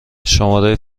شماره